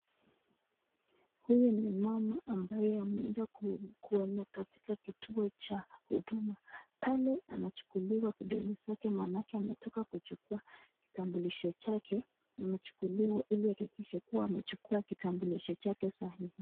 Huyu ni mama ambaye ameenda kuona katika kituo cha huduma pale anachukuliwa vidole zake manake ametoka kuchukua kitambulisho chake ,amechukiliwa ili ahakikishe kuwa amechukuwa kitambulisho chake sahihi.